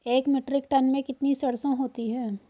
एक metric tonne में कितनी सरसों होती है?